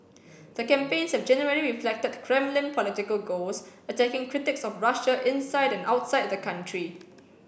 the campaigns have generally reflected Kremlin political goals attacking critics of Russia inside and outside the country